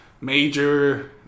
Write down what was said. major